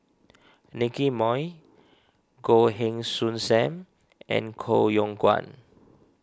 Nicky Moey Goh Heng Soon Sam and Koh Yong Guan